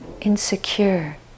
insecure